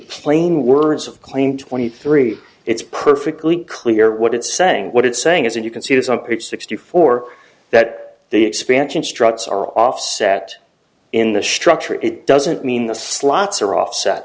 plain words of claim twenty three it's perfectly clear what it's saying what it's saying is that you can see this on page sixty four that the expansion struts are offset in the structure it doesn't mean the slots are offset